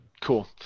Cool